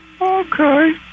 okay